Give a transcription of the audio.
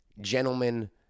gentlemen